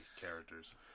characters